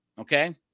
okay